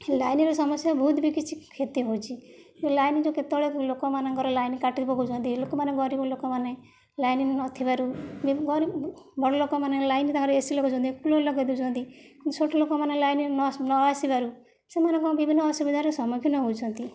ଲାଇନ୍ର ସମସ୍ୟା ବହୁତ ବି କିଛି କ୍ଷତି ହେଉଛି ଲାଇନ୍ ଯେଉଁ କେତେବେଳେ ଲୋକମାନଙ୍କର ଲାଇନ୍ କାଟି ପକାଉଛନ୍ତି ଲୋକମାନେ ଗରିବ ଲୋକମାନେ ଲାଇନ୍ ନଥିବାରୁ ବଡ଼ ଲୋକମାନେ ଲାଇନ୍ ତାଙ୍କର ଏ ସି ଲଗାଉଛନ୍ତି କୁଲର୍ ଲଗାଇ ଦେଉଛନ୍ତି ଛୋଟ ଲୋକମାନେ ଲାଇନ୍ ନଆସି ନଆସିବାରୁ ସେମାନେ କ'ଣ ବିଭିନ୍ନ ଅସୁବିଧାରେ ସମ୍ମୁଖୀନ ହେଉଛନ୍ତି